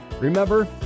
Remember